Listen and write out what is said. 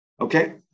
Okay